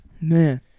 man